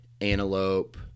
antelope